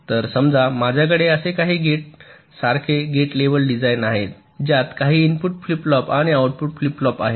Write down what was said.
तर समजा माझ्याकडे असे काही गेट्ससारखे गेट लेव्हल डिझाइन आहे ज्यात काही इनपुट फ्लिप फ्लॉप आणि आउटपुट फ्लिप फ्लॉप आहेत